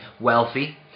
wealthy